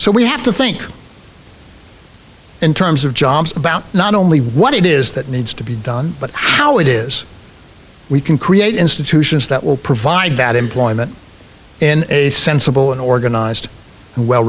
so we have to think in terms of jobs about not only what it is that needs to be done but how it is we can create institutions that will provide that employment in a sensible and organized well